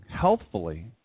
healthfully